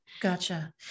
Gotcha